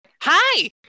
hi